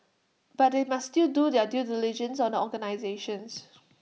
but they must still do their due diligence on the organisations